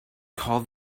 call